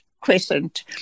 Crescent